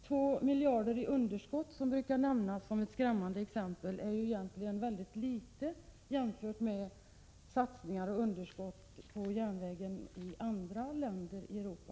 2 miljarder i underskott, som brukar nämnas som ett skräckexempel, är egentligen litet jämfört med satsningar och underskott på järnvägen i andra länder i Europa.